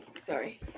sorry